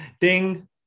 Ding